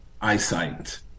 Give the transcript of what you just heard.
eyesight